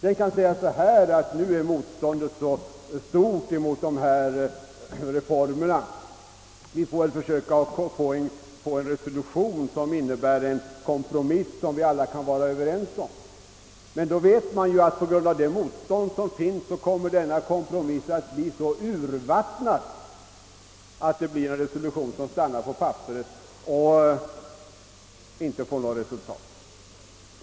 Den kan säga att motståndet nu är så stort mot dessa reformer att man måste försöka få till stånd en resolution, som innebär en kompromiss som alla kan enas om. Då vet man emellertid att denna kompromiss på grund av det motstånd som finns kommer att bli så urvattnad att resolutionen lär stanna på papperet och inte leda till något resultat.